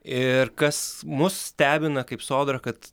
ir kas mus stebina kaip sodrą kad